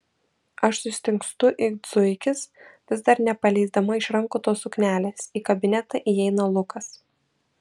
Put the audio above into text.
aš sustingstu it zuikis vis dar nepaleisdama iš rankų tos suknelės į kabinetą įeina lukas